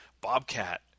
Bobcat